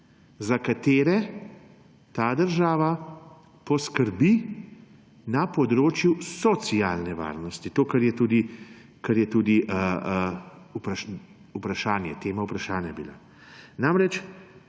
za katere ta država poskrbi na področju socialne varnosti; to, kar je tudi tema vprašanja bila.